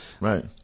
Right